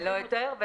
ללא היתר.